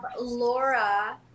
Laura